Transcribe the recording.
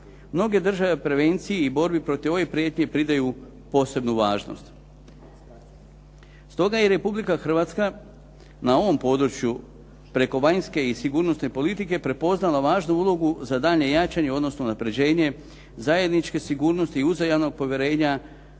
Mnoge države prevenciji i borbi protiv ovih prijetnji pridaju posebnu važnost. Stoga i Republika Hrvatska na ovom području preko vanjske i sigurnosne politike prepoznala važnu ulogu za daljnje jačanje, odnosno unapređenje zajedničke sigurnosti i uzajamnog povjerenja